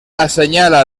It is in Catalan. assenyala